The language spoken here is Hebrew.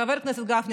חבר הכנסת גפני,